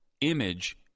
image